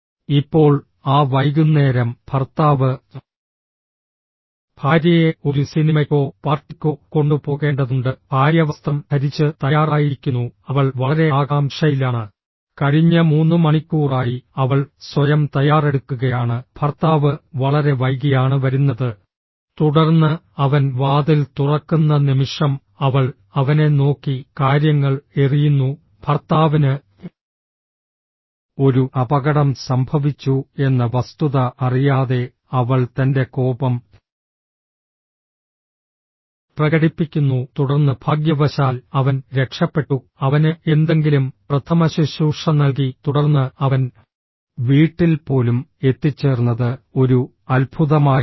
ഇപ്പോൾ ആ വൈകുന്നേരം ഭർത്താവ് ഭാര്യയെ ഒരു സിനിമയ്ക്കോ പാർട്ടിക്കോ കൊണ്ടുപോകേണ്ടതുണ്ട് ഭാര്യ വസ്ത്രം ധരിച്ച് തയ്യാറായിരിക്കുന്നു അവൾ വളരെ ആകാംക്ഷയിലാണ് കഴിഞ്ഞ മൂന്ന് മണിക്കൂറായി അവൾ സ്വയം തയ്യാറെടുക്കുകയാണ് ഭർത്താവ് വളരെ വൈകിയാണ് വരുന്നത് തുടർന്ന് അവൻ വാതിൽ തുറക്കുന്ന നിമിഷം അവൾ അവനെ നോക്കി കാര്യങ്ങൾ എറിയുന്നു ഭർത്താവിന് ഒരു അപകടം സംഭവിച്ചു എന്ന വസ്തുത അറിയാതെ അവൾ തന്റെ കോപം പ്രകടിപ്പിക്കുന്നു തുടർന്ന് ഭാഗ്യവശാൽ അവൻ രക്ഷപ്പെട്ടു അവന് എന്തെങ്കിലും പ്രഥമശുശ്രൂഷ നൽകി തുടർന്ന് അവൻ വീട്ടിൽ പോലും എത്തിച്ചേർന്നത് ഒരു അത്ഭുതമായിരുന്നു